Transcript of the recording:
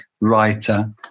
writer